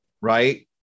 Right